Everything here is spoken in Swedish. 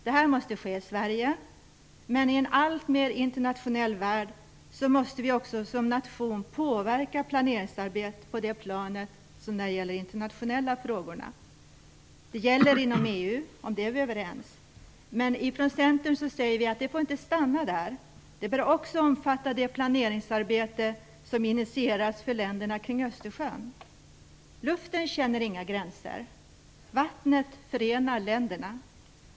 Detta måste ske i Sverige, men i en alltmer internationell värld måste vi som nation också påverka planeringsarbetet som sker på det internationella planet. Det gäller inom EU - om det är vi överens - men det får inte stanna där, säger vi inom Centern; det bör också omfatta det planeringsarbete som initieras för länderna kring Östersjön. Luften känner inga gränser, vattnet förenar länderna.